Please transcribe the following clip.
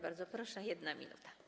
Bardzo proszę, 1 minuta.